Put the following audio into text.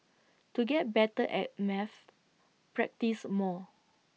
to get better at maths practise more